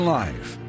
life